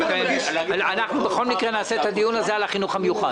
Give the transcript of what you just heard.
אנחנו בכל מקרה נערוך דיון על החינוך המיוחד.